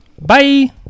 Bye